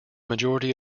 majority